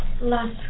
Last